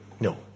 No